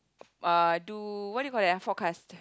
uh do what you call that ah forecast